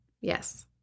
Yes